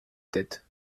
tête